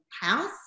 house